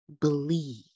Believe